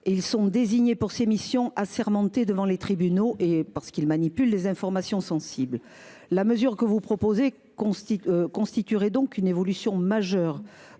sont désignés pour ces missions et assermentés devant les tribunaux, parce qu’ils manipulent des informations sensibles. La mesure que vous proposez constituerait donc une évolution majeure,